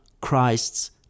Christ's